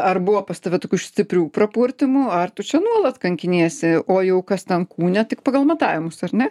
ar buvo pas tave tokių stiprių prapurtimų ar tu čia nuolat kankiniesi o jau kas ten kūne tik pagal matavimus ar ne